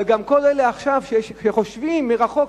אבל גם כל אלה עכשיו שחושבים מרחוק,